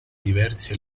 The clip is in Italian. diversi